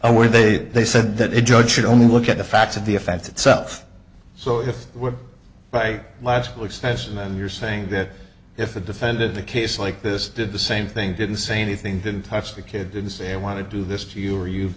i where they they said that it judge should only look at the facts of the offense itself so if we're right logical extension then you're saying that if a defendant in a case like this did the same thing didn't say anything didn't touch the kid didn't say i want to do this to you or you